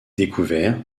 découvert